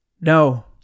no